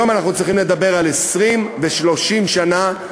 היום אנחנו צריכים לדבר על 20 ו-30 שנה,